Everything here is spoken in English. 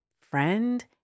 friend